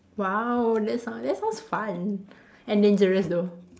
!wow! that sound that sounds fun and dangerous though